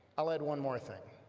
i'll add one more thing